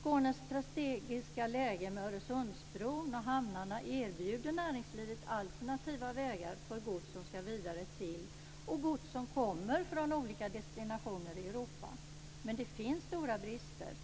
Skånes strategiska läge med Öresundsbron och hamnarna erbjuder näringslivet alternativa vägar för gods som skall vidare till, och gods som kommer från, olika destinationer i Europa. Men det finns stora brister.